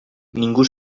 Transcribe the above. ningú